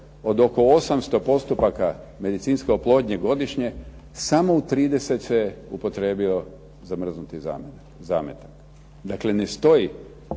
od oko 800 postupaka medicinske oplodnje godišnje, samo u 30 se upotrijebio zamrznuti zametak. Dakle, ne stoji